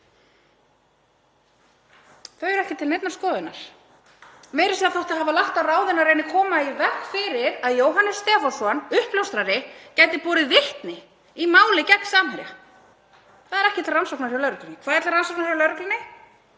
Þau eru ekki til neinnar skoðunar, meira að segja þótt þau hafi lagt á ráðin til að reyna að koma í veg fyrir að Jóhannes Stefánsson uppljóstrari gæti borið vitni í máli gegn Samherja. Það er ekki til rannsóknar hjá lögreglunni. Hvað er til rannsóknar hjá lögreglunni?